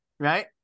Right